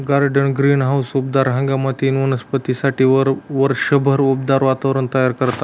garden greenhouse उबदार हंगामातील वनस्पतींसाठी वर्षभर उबदार वातावरण तयार करतात